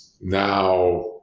now